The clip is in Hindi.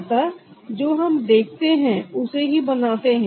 अतः जो हम देखते हैं उसे ही बनाते हैं